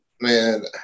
man